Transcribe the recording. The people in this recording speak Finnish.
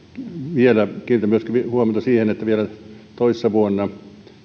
vielä kiinnitän huomiota myöskin siihen että vielä toissa vuonna